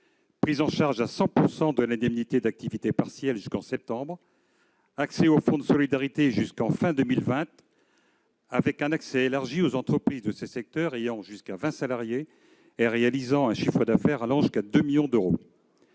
prise en charge à 100 % de l'indemnité d'activité partielle jusqu'au mois de septembre, bénéfice du fonds de solidarité jusqu'à la fin de cette année, avec un accès élargi aux entreprises de ces secteurs ayant jusqu'à 20 salariés et réalisant un chiffre d'affaires allant jusqu'à 2 millions d'euros,